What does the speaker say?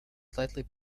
slightly